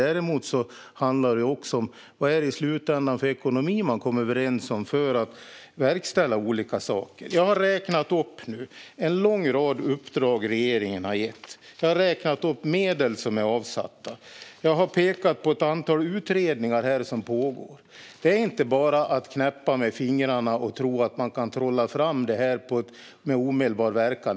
Däremot handlar det om vilken ekonomi man i slutändan kommer överens om för att verkställa olika saker. Jag har räknat upp en lång rad uppdrag som regeringen har gett. Jag har räknat upp medel som är avsatta. Jag har pekat på ett antal utredningar som pågår. Det är inte bara att knäppa med fingrarna och tro att man kan trolla fram detta med omedelbar verkan.